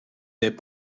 n’es